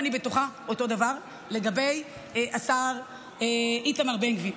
אני בטוחה באותו הדבר על השר איתמר בן גביר,